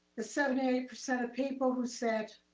the seventy eight percent of people who said